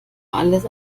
alles